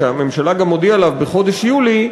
שהממשלה גם הודיעה עליו בחודש יולי,